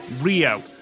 Rio